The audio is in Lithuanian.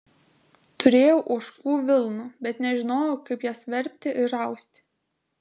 turėjau ožkų vilnų bet nežinojau kaip jas verpti ir austi